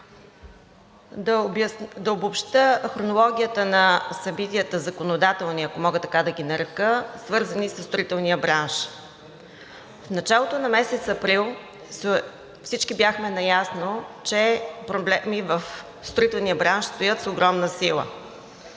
Ще обобщя хронологията на събитията – законодателни, ако мога така да ги нарека, свързани със строителния бранш. В началото на месец април всички бяхме наясно, че проблеми в строителния бранш стоят с огромна сила.